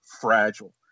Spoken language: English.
fragile